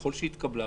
ככל שהתקבלה,